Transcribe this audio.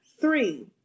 Three